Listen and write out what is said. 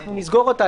אנחנו נסגור אותה,